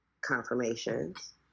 confirmations